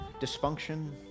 dysfunction